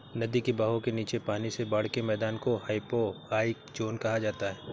नदी के बहाव के नीचे पानी से बाढ़ के मैदान को हाइपोरहाइक ज़ोन कहा जाता है